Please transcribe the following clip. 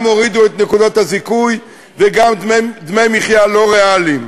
גם הורידו את נקודות הזיכוי וגם דמי מחיה לא ריאליים.